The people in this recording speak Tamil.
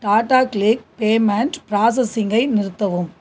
டாடா கிளிக் பேமெண்ட் பிராசஸிங்கை நிறுத்தவும்